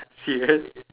serious